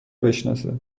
بشناسه